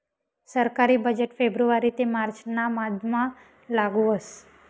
सरकारी बजेट फेब्रुवारी ते मार्च ना मधमा लागू व्हस